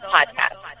Podcast